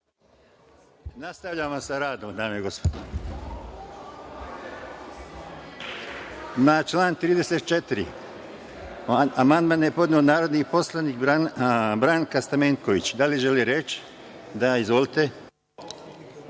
Nastavljamo sa radom, dame i gospodo. Na član 34. amandman je podnela narodni poslanik Branka Stamenković. Da li želite reč? Reč ima